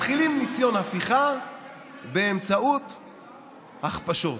מתחילים ניסיון הפיכה באמצעות הכפשות.